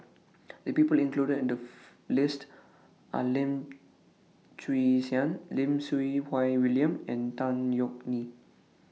The People included in The list Are Lim Chwee Chian Lim Siew Wai William and Tan Yeok Nee